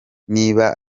niba